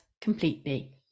completely